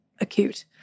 acute